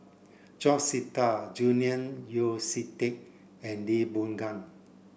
George Sita Julian Yeo See Teck and Lee Boon Ngan